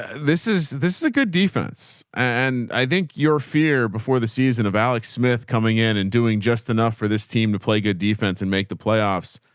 this is, this is a good defense. and i think your fear before the season of alex smith coming in and doing just enough for this team to play good defense and make the playoffs,